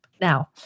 Now